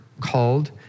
called